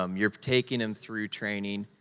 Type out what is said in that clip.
um you're taking them through training,